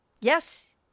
Yes